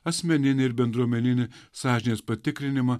asmeninį ir bendruomeninį sąžinės patikrinimą